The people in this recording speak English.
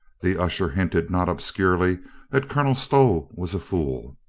the usher hinted not obscurely that colonel stow was a fool.